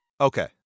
Okay